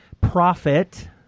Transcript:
profit